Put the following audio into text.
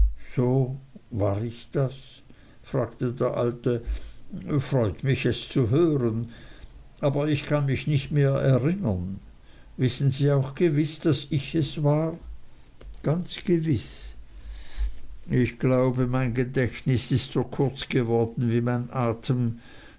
so war ich das fragte der alte freut mich es zu hören aber ich kann mich nicht mehr erinnern wissen sie auch gewiß daß ich es war ganz gewiß ich glaube mein gedächtnis ist so kurz geworden wie mein atem